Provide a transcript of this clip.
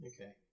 Okay